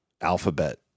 Alphabet